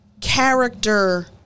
Character